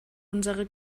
unsere